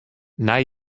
nei